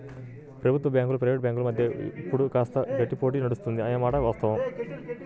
ప్రభుత్వ బ్యాంకులు ప్రైవేట్ బ్యాంకుల మధ్య ఇప్పుడు కాస్త గట్టి పోటీ నడుస్తుంది అనే మాట వాస్తవం